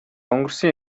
өнгөрсөн